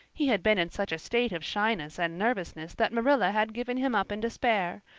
he had been in such a state of shyness and nervousness that marilla had given him up in despair,